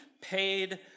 paid